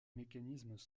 mécanismes